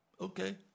Okay